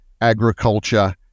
agriculture